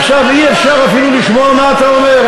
עכשיו אי-אפשר אפילו לשמוע מה אתה אומר.